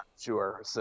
sure